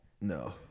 No